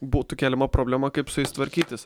būtų keliama problema kaip su jais tvarkytis